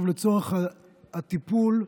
חיסיון במקצוע הזה הוא חשוב לצורך הטיפול,